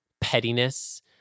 pettiness